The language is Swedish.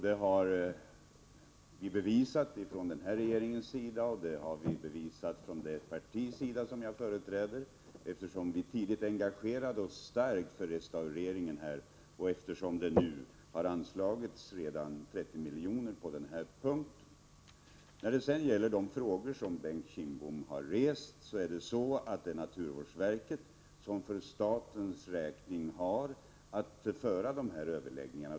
Det har vi bevisat ifrån den här regeringens sida och ifrån det partis sida som jag företräder, genom att vi tidigt engagerade oss starkt för restaureringen av sjön, och det redan har anslagits 30 milj.kr. Beträffande de frågor Bengt Kindbom ställt vill jag säga att det är naturvårdsverket som för statens räkning har att föra dessa överläggningar.